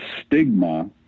stigma